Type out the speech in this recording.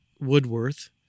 woodworth